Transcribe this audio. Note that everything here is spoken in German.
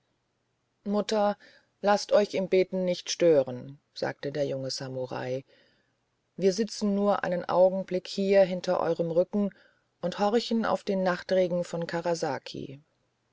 mutter laßt euch im beten nicht stören sagte der junge samurai wir sitzen nur einen augenblick hier hinter eurem rücken und horchen auf den nachtregen von karasaki